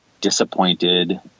disappointed